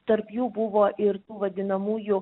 tarp jų buvo ir tų vadinamųjų